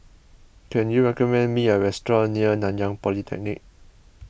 can you recommend me a restaurant near Nanyang Polytechnic